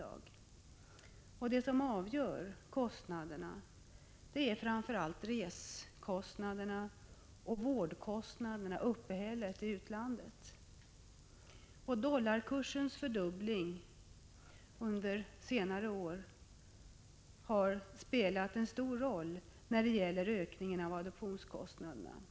Avgörande för kostnadens storlek är framför allt resekostnaderna och uppehället i utlandet. Dollarkursens fördubbling under senare år har spelat en stor roll för ökningen av adoptionskostnaderna.